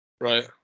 Right